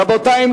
רבותי,